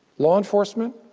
law enforcement,